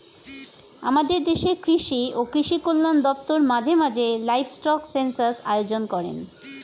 আমাদের দেশের কৃষি ও কৃষি কল্যাণ দপ্তর মাঝে মাঝে লাইভস্টক সেন্সাস আয়োজন করেন